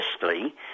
Firstly